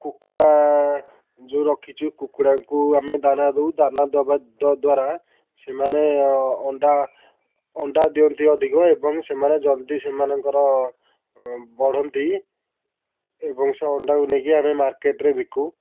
କୁକୁଡ଼ା ଯୋଉ ରଖିଛୁ କୁକୁଡ଼ାଙ୍କୁ ଆମେ ଦାନା ଦେଉ ଦାନା ଦେବା ଦ୍ବାରା ସେମାନେ ଅଣ୍ଡା ଅଣ୍ଡା ଦିଅନ୍ତି ଅଧିକ ଏବଂ ସେମାନେ ଜଲ୍ଦି ସେମାନଙ୍କର ବଢ଼ନ୍ତି ଏବଂ ସେ ଅଣ୍ଡାକୁ ନେଇକି ଆମେ ମାର୍କେଟ୍ରେ ବିକୁ